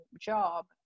job